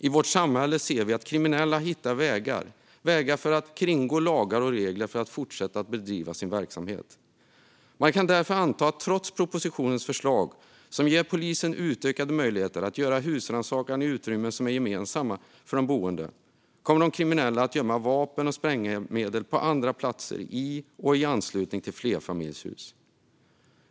I vårt samhälle ser vi att kriminella hittar vägar att kringgå lagar och regler för att fortsätta att bedriva sin verksamhet. Man kan därför anta att de kriminella, trots propositionens förslag som ger polisen utökade möjligheter att göra husrannsakan i utrymmen som är gemensamma för de boende, kommer att gömma vapen och sprängmedel på andra platser i eller i anslutning till flerfamiljshus.